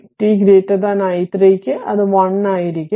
ti3ക്കു അത് 1 ആയിരിക്കും